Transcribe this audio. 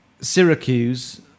Syracuse